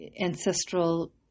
ancestral